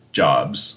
jobs